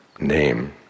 name